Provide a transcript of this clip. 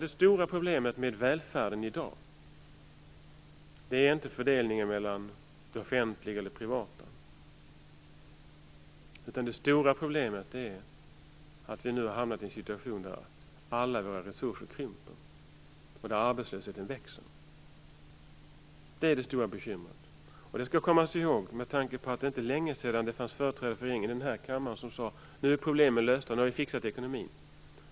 Det stora problemet med välfärden i dag är inte fördelningen mellan det offentliga och privata, utan det stora problemet är att vi nu har hamnat i en situation där alla våra resurser krymper och där arbetslösheten växer. Det är det stora bekymret. Det skall kommas ihåg, med tanke på att det inte är länge sedan det fanns företrädare för regeringen som här i kammaren sade att problemen nu är lösta och att man har fixat ekonomin.